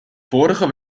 vorige